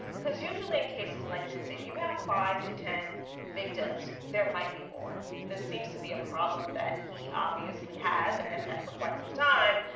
cause usually in cases like this, if you have five to ten victims, there might be more. this seems to be a problem that he obviously has and has had for quite some time.